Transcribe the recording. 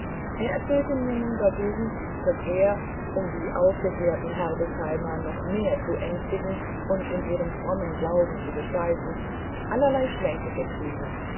er erzählte mir nun dagegen daß er um die aufgeklärten herbesheimer noch mehr zu ängstigen und in ihrem frommen glauben zu besteifen allerlei schwänke getrieben